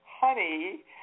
honey